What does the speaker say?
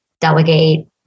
delegate